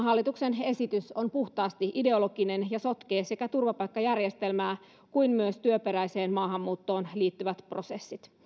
hallituksen esitys on puhtaasti ideologinen ja sotkee niin turvapaikkajärjestelmää kuin työperäiseen maahanmuuttoon liittyvät prosessit